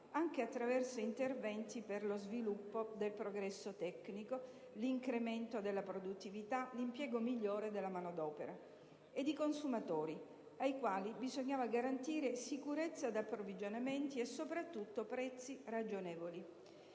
anche attraverso interventi per lo sviluppo del progresso tecnico, l'incremento della produttività, l'impiego migliore della manodopera) e i consumatori, ai quali bisognava garantire sicurezza di approvvigionamenti e, soprattutto, prezzi ragionevoli.